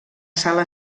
sala